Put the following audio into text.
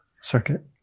Circuit